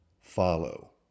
follow